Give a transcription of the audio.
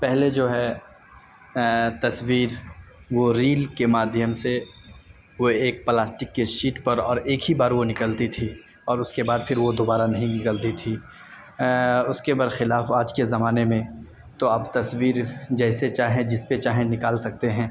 پہلے جو ہے تصویر وہ ریل کے مادھیم سے وہ ایک پلاسٹک کے شیٹ پر اور ایک ہی بار وہ نکلتی تھی اور اس کے بعد پھر وہ دوبارہ نہیں نکلتی تھی اس کے برخلاف آج کے زمانے میں تو اب تصویر جیسے چاہیں جس پہ چاہیں نکال سکتے ہیں